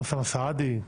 אוסאמה סעדי,